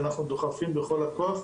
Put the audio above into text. אנחנו דוחפים בכל הכוח,